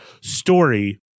story